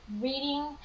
reading